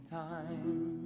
time